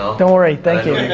don't worry, thank you.